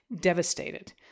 devastated